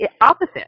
opposite